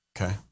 Okay